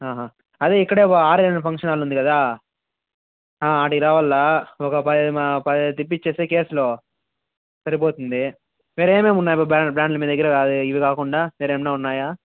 ఆహా అదే ఇక్కడే ఆరెళ్ళ ఫంక్షన్ హాల్ ఉంది కదా ఆ అక్కడకి రావాలి ఒక పది ఆ పదిహేను తెప్పించేస్తే కేసులు సరిపోతుంది వేరే ఏమేమి ఉన్నాయి బా బ్రాండ్లు మీ దగ్గర అవి ఇవి కాకుండా వేరే ఏమైనా ఉన్నాయా